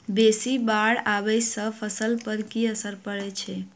बेसी बाढ़ आबै सँ फसल पर की असर परै छै?